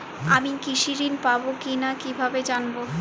আমি কৃষি ঋণ পাবো কি না কিভাবে জানবো?